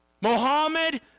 Mohammed